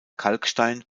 kalkstein